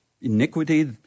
iniquity